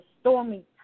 stormy